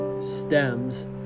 stems